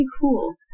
cool